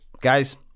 Guys